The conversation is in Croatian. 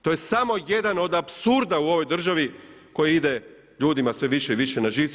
To je samo jedan od apsurda u ovoj državi koji ide ljudima sve više i više na živce.